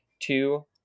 two